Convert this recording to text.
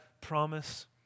promise